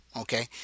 Okay